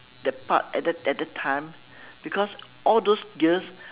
that part at that at that time because all those years